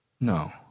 No